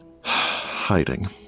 hiding